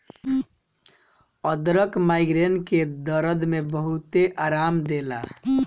अदरक माइग्रेन के दरद में बहुते आराम देला